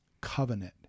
covenant